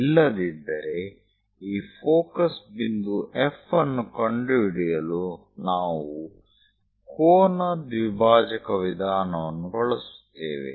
ಇಲ್ಲದಿದ್ದರೆ ಈ ಫೋಕಸ್ ಬಿಂದು F ಅನ್ನು ಕಂಡುಹಿಡಿಯಲು ನಾವು ಕೋನ ದ್ವಿಭಾಜಕ ವಿಧಾನವನ್ನು ಬಳಸುತ್ತೇವೆ